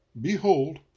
behold